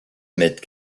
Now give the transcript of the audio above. ahmed